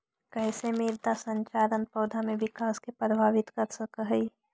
कईसे मृदा संरचना पौधा में विकास के प्रभावित कर सक हई?